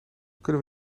kunnen